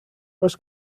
oes